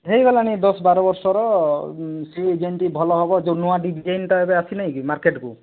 ହେଇଗଲାଣି ଦଶ ବାର ବର୍ଷର ସିଏ ଯେମିତି ଭଲ ହେବ ଯୋଉ ନୂଆ ଡିଜାଇନଟା ଏବେ ଆସି ନାହିଁ କି ମାର୍କେଟକୁ